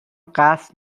قصد